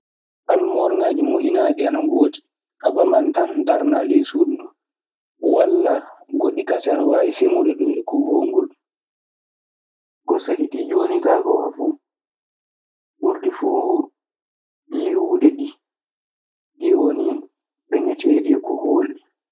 Almoorŋaaji moƴƴinaaɗi ana ngoodi. A ɓaman tan, ndarnaa e ley suudu nduu. Walla, goɗɗi kasen aɗa waawi feŋude ɗun e kokowol ngol. Ko sakitii jooni kaa koo fuu, ɓurɗi fuu yirwude ɗii, ɗii woni peŋeteeɗi e kokokwol ɗii.